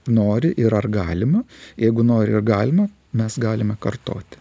nori ir ar galima jeigu nori ir galima mes galime kartoti